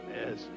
Yes